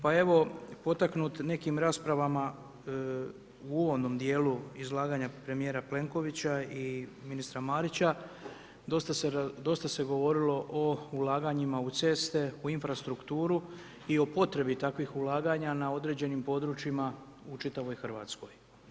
Pa evo, potaknut nekim raspravama u uvodnom dijelu izlaganja premijera Plenkovića i ministra Marića, dosta se govorilo o ulaganjima u ceste, u infrastrukturu i o potrebi takvih ulaganja na određenim područjima u čitavoj RH.